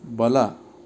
ಬಲ